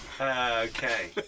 Okay